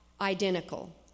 identical